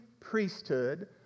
priesthood